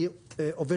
אני עובד